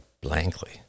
blankly